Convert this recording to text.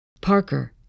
Parker